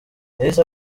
yahise